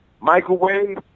Microwave